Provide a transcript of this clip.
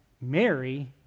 Mary